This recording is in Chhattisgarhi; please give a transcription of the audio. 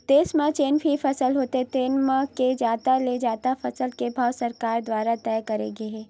देस म जेन भी फसल होथे तेन म के जादा ले जादा फसल के भाव सरकार दुवारा तय करे गे हवय